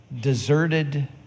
deserted